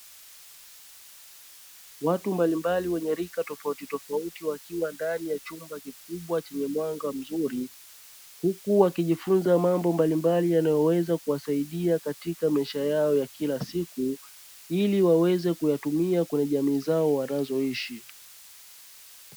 Watu mbalimbali wenye rika tofautitofauti wakiwa ndani ya chumba kikubwa chenye mwanga mzuri, huku wakijifunza mambo mbalimbali yanayoweza kuwasaidia katika maisha yao ya kila siku ili waweze kuyatumia kwenye jamii zao wanazoishi.